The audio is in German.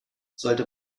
sollte